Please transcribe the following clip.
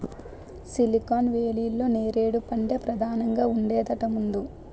silicon వేలీలో నేరేడు పంటే పదానంగా ఉండేదట ముందు